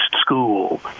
school